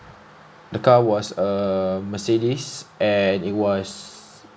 the car was err Mercedes and it was